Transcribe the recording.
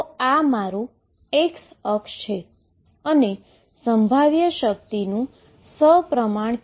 તો આ મારું x અક્સીસ છે